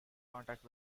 contact